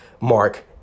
mark